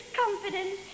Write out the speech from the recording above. confidence